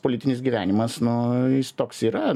politinis gyvenimas nu jis toks yra